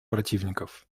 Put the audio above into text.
противников